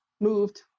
moved